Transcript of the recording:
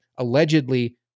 allegedly